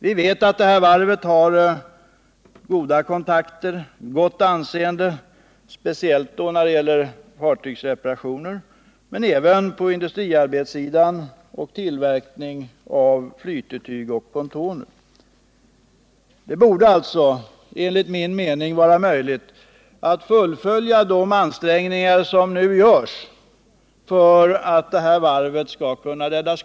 Vi vet att varvet har goda kontakter och gott anseende — speciellt då det gäller fartygsreparationer, men även på industriarbetssidan och i fråga om tillverkning av flytetyg och pontoner. Enligt min mening borde det vara möjligt att fullfölja de ansträngningar som nu görs för att varvet skall kunna räddas.